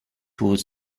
was